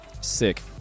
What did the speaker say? sick